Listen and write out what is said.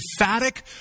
emphatic